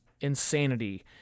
insanity